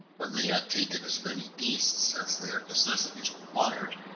when they had taken as many beasts as their necessities required,